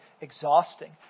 exhausting